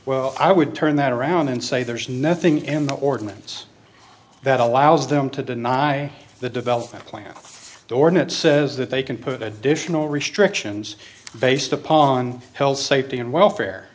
well i would turn that around and say there is nothing in the ordinance that allows them to deny the development plan dorn it says that they can put additional restrictions based upon health safety and welfare